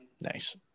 nice